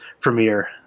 premiere